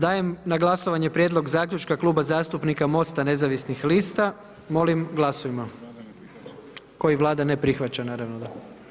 Dajem na glasovanje prijedlog zaključka Kluba zastupnika Mosta nezavisnih lista, molim glasujmo, koji Vlada ne prihvaća, naravno da.